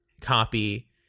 copy